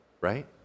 right